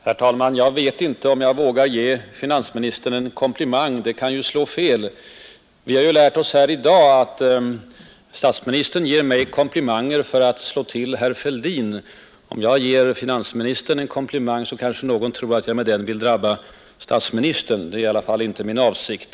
Herr talman! Jag vet inte om jag vågar ge finansministern en komplimang. Det kan ju slå fel. Vi har lärt oss här i dag att statsministern ger mig komplimanger för att slå till herr Fälldin, Om jag ger herr finansministern en komplimang kanske någon tror att jag med den vill drabba statsministern, Det är i alla fall inte min avsikt.